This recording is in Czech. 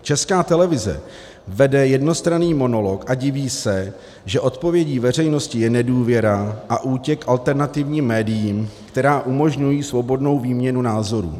Česká televize vede jednostranný monolog a diví se, že odpovědí veřejnosti je nedůvěra a útěk k alternativním médiím, která umožňují svobodnou výměnu názorů.